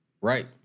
Right